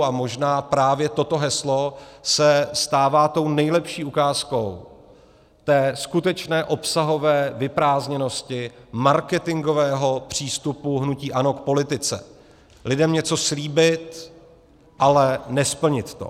A možná právě toto heslo se stává tou nejlepší ukázkou té skutečné obsahové vyprázdněnosti marketingového přístupu hnutí ANO k politice: lidem něco slíbit, ale nesplnit to.